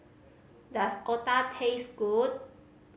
does otah taste good